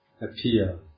appear